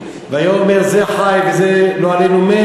והיה אומר: זה חי וזה לא עלינו מת.